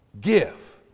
Give